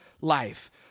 life